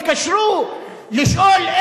התקשרו לשאול,